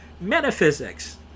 Metaphysics